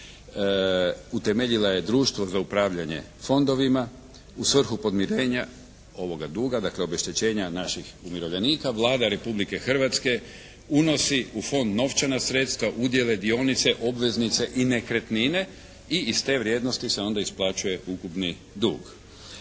utemeljila je društvo za upravljanje fondovima u svrhu podmirenja ovoga duga, dakle obeštećenja naših umirovljenika Vlada Republike Hrvatske unosi u Fond novčana sredstva, udjele, dionice, obveznice i nekretnine i iz te vrijednosti se onda isplaćuje ukupni dug.